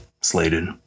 slated